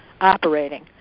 operating